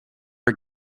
are